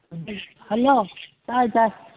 hello ꯇꯥꯏ ꯇꯥꯏ